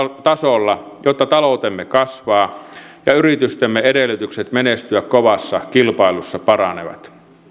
tasolla jotta taloutemme kasvaa ja yritystemme edellytykset menestyä kovassa kilpailussa paranevat